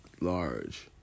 large